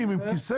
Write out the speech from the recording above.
מה זה מועצת ביטוח